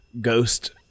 ghost